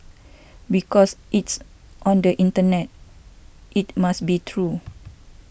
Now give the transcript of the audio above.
because it's on the internet it must be true